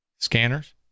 Scanners